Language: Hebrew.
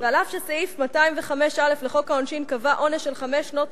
ואף שסעיף 205א לחוק העונשין קבע עונש על חמש שנות